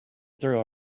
through